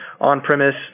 on-premise